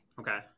Okay